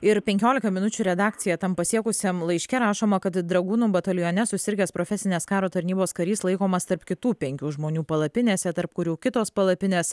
ir penkiolika minučių redakciją tam pasiekusiam laiške rašoma kad dragūnų batalione susirgęs profesinės karo tarnybos karys laikomas tarp kitų penkių žmonių palapinėse tarp kurių kitos palapinės